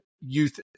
youth